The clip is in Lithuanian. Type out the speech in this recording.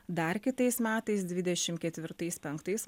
dar kitais metais dvidešim ketvirtais penktais